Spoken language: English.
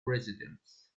residents